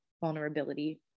vulnerability